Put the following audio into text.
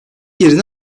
yerine